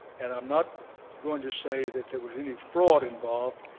and i'm not going to say that there was any fraud involved